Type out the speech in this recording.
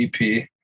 EP